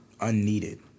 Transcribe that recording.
Unneeded